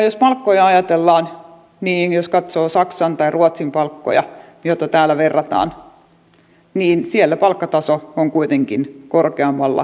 jos palkkoja ajatellaan niin jos katsoo saksan tai ruotsin palkkoja joihin täällä verrataan niin siellä palkkataso on kuitenkin korkeammalla kuin suomessa